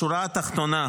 בשורה התחתונה,